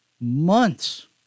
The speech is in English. months